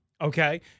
okay